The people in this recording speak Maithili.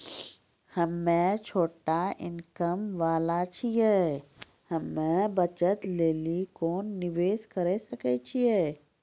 हम्मय छोटा इनकम वाला छियै, हम्मय बचत लेली कोंन निवेश करें सकय छियै?